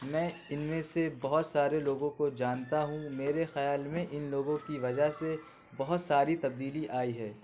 میں ان میں سے بہت سارے لوگوں کو جانتا ہوں میرے خیال میں ان لوگوں کی وجہ سے بہت ساری تبدیلی آئی ہے